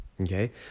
okay